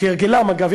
כהרגלם, אגב.